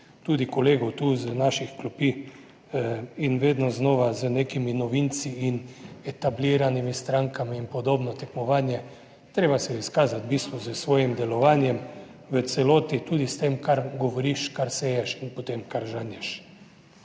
tudi kolegov tu iz naših klopi in vedno znova z nekimi novinci in etabliranimi strankami in podobno tekmovanje. Treba se je izkazati, v bistvu s svojim delovanjem v celoti, tudi s tem, kar govoriš, kar seješ in potem, kar žanješ.